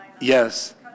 Yes